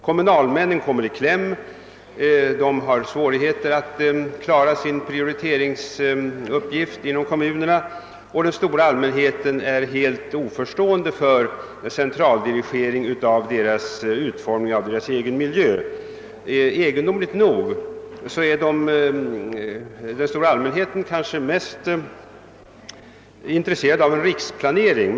Kommunalmännen kommer i kläm och får svårigheter att klara sina prioriteringsuppgifter inom kommunerna, och den stora allmänheten ställer sig helt oförstående inför centraldirigering av utformningen av den egna miljön. Egendomligt nog är människorna i gemen kanske mest intresserade av en riksplanering.